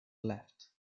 left